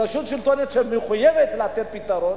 רשות שלטונית שמחויבת לתת פתרון,